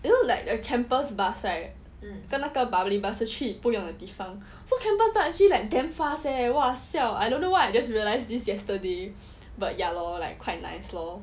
you know like a campus bus right 跟那个 public bus 去不同的地方 so campus bus actually like damn fast leh !wah! siao I don't know why I just realised this yesterday but ya lor like quite nice lor